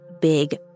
big